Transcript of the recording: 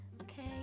okay